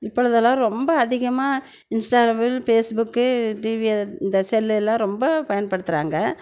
இப்பொழுதெல்லாம் ரொம்ப அதிகமாக இன்ஸ்டாகிராமு பேஸ்புக்கு டிவி இந்த செல்லு எல்லாம் ரொம்ப பயன்படுத்துகிறாங்க